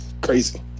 crazy